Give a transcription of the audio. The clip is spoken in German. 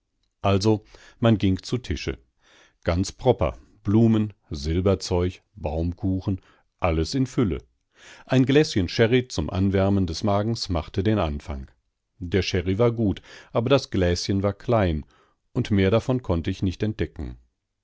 also man ging zu tische ganz proper blumen silberzeug baumkuchen alles in fülle ein gläschen sherry zum anwärmen des magens machte den anfang der sherry war gut aber das gläschen war klein und mehr davon konnte ich nicht entdecken